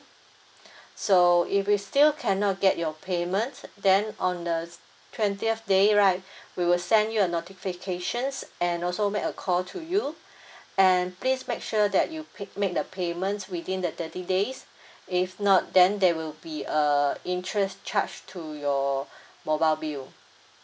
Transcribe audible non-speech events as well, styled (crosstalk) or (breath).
(breath) so if we still cannot get your payment then on the twentieth day right (breath) we will send you a notifications and also make a call to you (breath) and please make sure that you pick make the payment within the thirty days (breath) if not then there will be a interest charge to your mobile bill